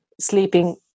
sleeping